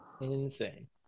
Insane